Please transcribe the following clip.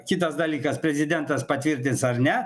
kitas dalykas prezidentas patvirtins ar ne